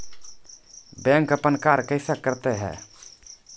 Bank अपन कार्य कैसे करते है?